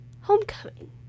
Homecoming